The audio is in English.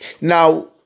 Now